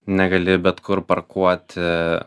negali bet kur parkuoti